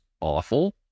awful